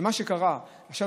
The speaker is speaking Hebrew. שמה שקרה עכשיו,